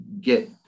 get